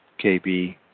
KB